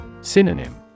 Synonym